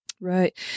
Right